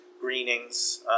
Greenings